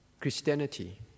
Christianity